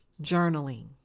journaling